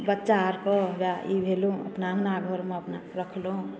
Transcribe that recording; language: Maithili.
बच्चा आओरके हौबे ई भेलौ अपना अँगना घरमे अपना राखलहुँ